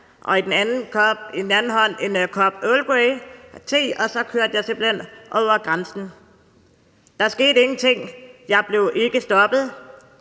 og i den anden hånd havde jeg en kop earl grey-te, og så kørte jeg simpelt hen over grænsen. Der skete ingenting. Jeg blev ikke stoppet.